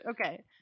okay